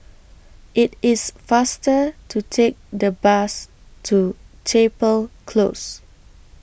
IT IS faster to Take The Bus to Chapel Close